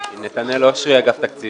אני רוצה להעביר את זה,